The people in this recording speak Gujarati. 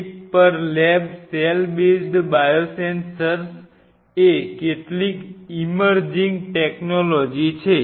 ચિપ પર લેબ સેલ બેઝ્ડ બાયોસેન્સર્સ એ કેટલીક ઈમર્ઝિંગ ટેકનોલોજી છે